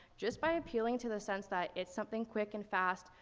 just by appealing to the sense that it's something quick, and fast,